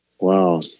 Wow